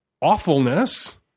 awfulness